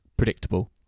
predictable